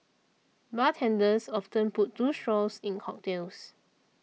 bartenders often put two straws in cocktails